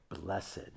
Blessed